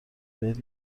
بهت